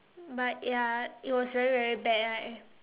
but ya it was very very bad like